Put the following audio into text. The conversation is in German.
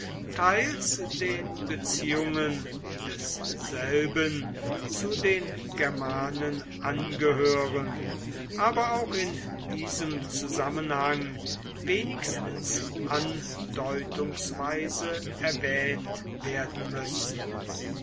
teils den beziehungen desselben zu den germanen angehören aber auch in diesem zusammenhang wenigstens andeutungsweise erwähnt werden müssen